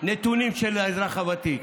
נתונים של האזרח הוותיק.